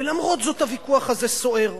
ולמרות זאת הוויכוח הזה סוער,